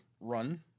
run